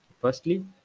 firstly